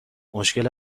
مشکل